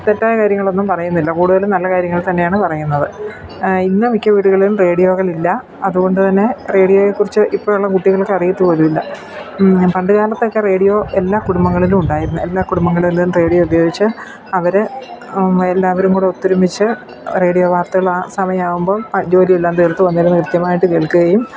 തെറ്റായ കാര്യങ്ങളൊന്നും പറയുന്നില്ല കൂടുതലും നല്ല കാര്യങ്ങൾ തന്നെയാണ് പറയുന്നത് ഇന്ന് മിക്ക വീടുകളിലും റേഡിയോകളില്ല അതുകൊണ്ടുതന്നെ റേഡിയോയെക്കുറിച്ച് ഇപ്പോഴുള്ള കുട്ടികൾക്ക് അറിയത്തുപോലുമില്ല പണ്ട് കാലത്തൊക്കെ റേഡിയോ എല്ലാ കുടുംബങ്ങളിലും ഉണ്ടായിരുന്നു എല്ലാ കുടുംബങ്ങളിലും റേഡിയോ ഉപയോഗിച്ച് അവർ എല്ലാവരുംകൂടി ഒത്തൊരുമിച്ച് റേഡിയോ വാർത്തകൾ ആ സമയമാവുമ്പോൾ ജോലിയെല്ലാം തീർത്ത് വന്നിരുന്ന് കൃത്യമായിട്ട് കേൾക്കുകയും